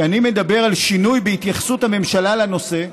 כשאני מדבר על שינוי בהתייחסות הממשלה לנושא,